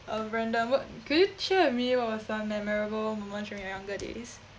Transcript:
uh could you share with me what was some memorable moments during your younger days